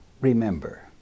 Remember